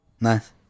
Nice